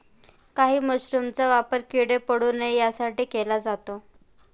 काही मशरूमचा वापर किडे पडू नये यासाठी केला जातो